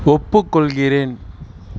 ஒப்புக்கொள்கிறேன்